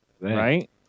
Right